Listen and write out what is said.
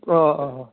अह अह अह